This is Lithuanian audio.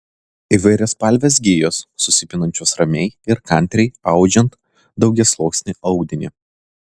įvairiaspalvės gijos susipinančios ramiai ir kantriai audžiant daugiasluoksnį audinį